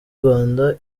rwanda